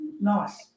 Nice